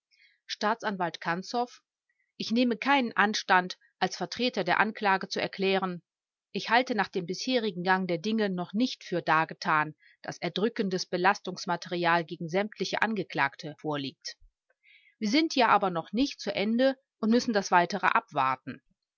staatsanwalt kanzow ich nehme keinen anstand als vertreter der anklage zu erklären ich halte nach dem bisherigen gang der dinge noch nicht für dargetan daß erdrückendes belastungsmaterial gegen sämtliche angeklagte vorliegt wir sind ja aber noch nicht zu ende und müssen das weitere abwarten